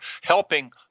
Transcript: helping